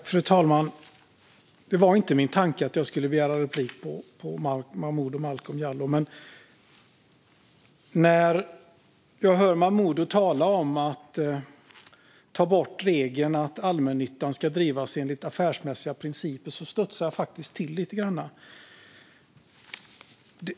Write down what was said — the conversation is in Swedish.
Fru talman! Min tanke var inte att jag skulle begära replik på Momodou Malcolm Jallow, men när jag hörde Momodou tala om att ta bort regeln om att allmännyttan ska drivas enligt affärsmässiga principer studsade jag faktiskt till lite grann.